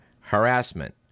harassment